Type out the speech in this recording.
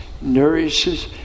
nourishes